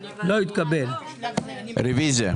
משרד הבריאות